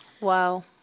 Wow